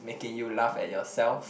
making you laugh at yourself